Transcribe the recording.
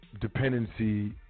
dependency